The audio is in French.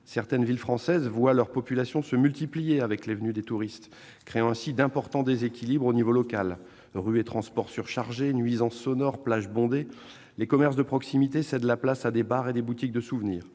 Certaines villes françaises voient leur population se multiplier avec la venue des touristes, créant ainsi d'importants déséquilibres au niveau local : rues et transports surchargés, nuisances sonores, plages bondées ... Les commerces de proximité cèdent la place à des bars et à des boutiques de souvenirs.